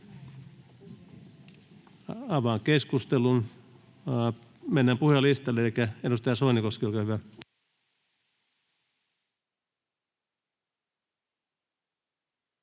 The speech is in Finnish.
Avaan keskustelun. Mennään puhujalistaan. Edustaja Soinikoski, olkaa hyvä.